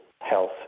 health